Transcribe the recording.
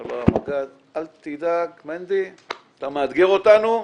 אומר לו המג"ד: אל תדאג, מנדי, אתה מאתגר אותנו,